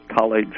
College